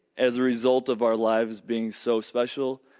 as a result of our lives being so special,